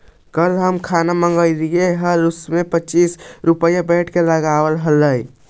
कल हम जे खाना मँगवइली हल उसपे पच्चीस रुपए तो वैट के लगलइ हल